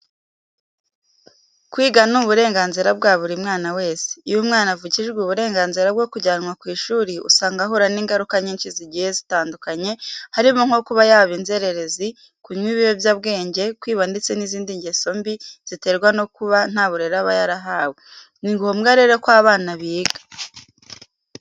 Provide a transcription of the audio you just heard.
Kwiga ni uburenganzira bwa buri mwana wese. Iyo umwana avukijwe uburenganzira bwo kujyanwa ku ishuri usanga ahura n'ingaruka nyinshi zigiye zitandukanye harimo nko kuba yaba inzererezi, kunywa ibiyobyabwenge, kwiba ndetse n'izindi ngeso mbi ziterwa no kuba nta burere aba yarahawe. Ni ngombwa rero ko abana biga.